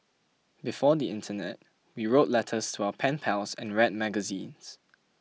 before the internet you wrote letters to our pen pals and read magazines